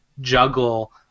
juggle